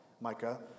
Micah